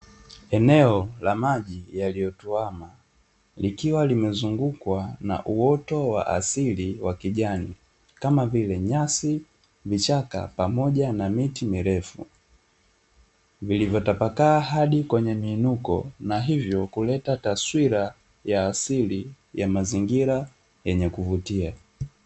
Eneo la maji yaliyotuama, likiwa limezungukwa na uoto wa asili wa kijan,i kama vile nyasi, vichaka pamoja na miti mirefu, vilivyotapakaa hadi kwenye miinuko na hivyo kuleta taswira ya asili ya mazingira yenye kuvutia.